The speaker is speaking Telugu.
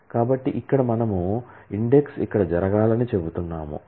కాబట్టి ఇక్కడ మనము ఇండెక్స్ ఇక్కడ జరగాలని చెప్తున్నాము